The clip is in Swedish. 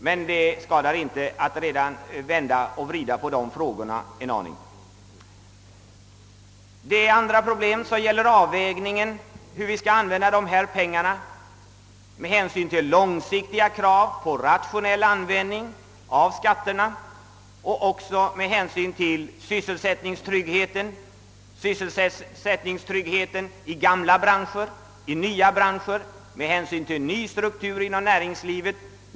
Men det skadar inte att redan nu vända och vrida en aning på dessa frågor. Andra problem gäller avvägningen, d. v. s. hur vi skall använda dessa pengar med hänsyn till långsiktiga krav på rationell användning av skattepengarna och också med hänsyn till sysselsättningstryggheten — i gamla branscher och i nya branscher — med hänsyn till nya företag och gamla företag och med hänsyn till ny struktur inom näringslivet.